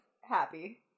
happy